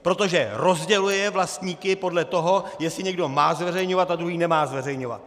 Protože rozděluje vlastníky podle toho, jestli někdo má zveřejňovat a druhý nemá zveřejňovat!